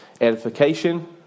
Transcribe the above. Edification